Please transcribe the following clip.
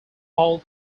all